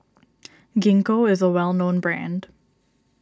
Gingko is a well known brand